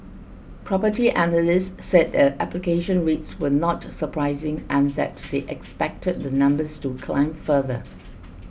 Property Analysts said the application rates were not surprising and they expected the numbers to climb further